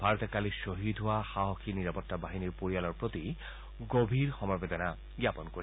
ভাৰতে কালি খহীদ হোৱা সাহসী নিৰাপত্তা বাহিনীৰ পৰিয়ালৰ প্ৰতি গভীৰ সমবেদনা জ্ঞাপন কৰিছে